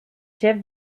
chef